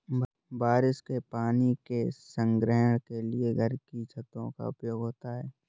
बारिश के पानी के संग्रहण के लिए घर की छतों का उपयोग होता है